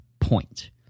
point